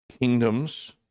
kingdoms